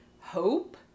Hope